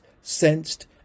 sensed